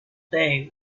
they